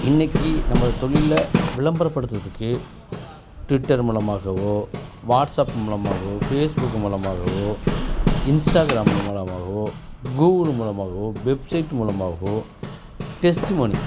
இன்றைக்கி நம்ம தொழிலில் விளம்பரப்படுத்துறத்துக்கு ட்விட்டர் மூலமாகவோ வாட்ஸ்ஆப் மூலமாகவோ ஃபேஸ்புக் மூலமாகவோ இன்ஸ்டாங்க்ராம் மூலமாகவோ கூகிள் மூலமாகவோ வெப்சைட் மூலமாகவோ டெஸ்ட் பண்ணி